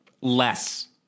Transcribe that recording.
less